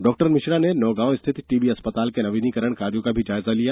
डॉ मिश्रा ने नौगांव स्थित टीबी अस्पताल के नवीनीकरण कार्यो का भी जायजा लिया